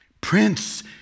prince